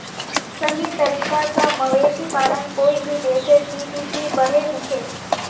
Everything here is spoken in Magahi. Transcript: सही तरीका स मवेशी पालन कोई भी देशेर जी.डी.पी बढ़ैं दिछेक